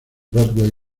broadway